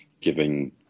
giving